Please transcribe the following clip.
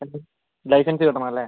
licence കിട്ടണം അല്ലേ